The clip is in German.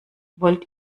wollt